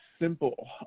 simple